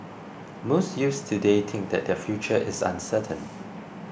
most youths today think that their future is uncertain